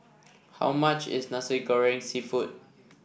how much is Nasi Goreng seafood